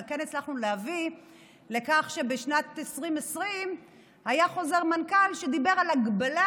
אבל כן הצלחנו להביא לכך שבשנת 2020 היה חוזר מנכ"ל שדיבר על הגבלה,